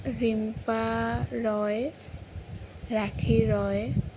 Rimpa Roy Rakhi Roy